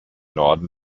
norden